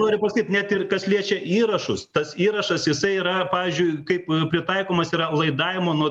noriu pasakyt net ir kas liečia įrašus tas įrašas jisai yra pavyzdžiui kaip pritaikomas yra laidavimo